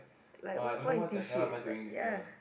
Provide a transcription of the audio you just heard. like what what is this shit like ya